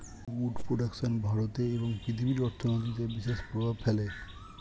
would production ভারতে এবং পৃথিবীর অর্থনীতিতে বিশেষ প্রভাব ফেলে